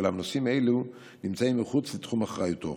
אולם נושאים אלו נמצאים מחוץ לתחום אחריותו.